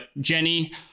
Jenny